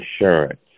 insurance